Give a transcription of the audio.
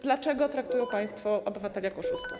Dlaczego traktują państwo obywateli jak oszustów?